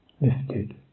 lifted